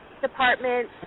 department